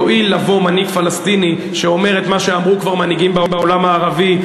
יואיל לבוא מנהיג פלסטיני שאומר את מה שאמרו כבר מנהיגים בעולם הערבי,